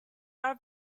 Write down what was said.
are